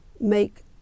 make